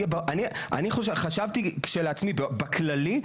אני חשבתי כשלעצמי בכללי,